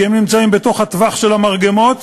כי הם נמצאים בתוך הטווח של המרגמות,